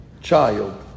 child